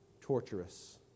torturous